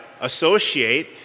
associate